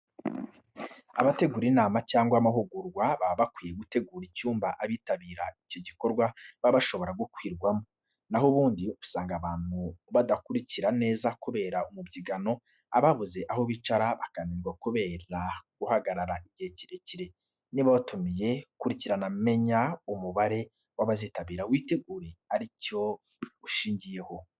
Abategura inama cyangwa amahugurwa baba bakwiye gutegura icyumba abitabiye icyo gikorwa baba bashobora gukwirwamo. Na ho ubundi usanga abantu badakurikira neza kubera umubyigano, ababuze aho bicara bakananirwa kubera guhagarara igihe kirekire. Niba watumiye, kurikirana, menya umubare w'abazitabira witegure ari cyo ushingiyeho.